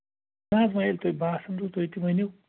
نہ حظ وۄنۍ ییٚلہِ تۄہہِ باسان چھُو تُہۍ تہِ ؤنِو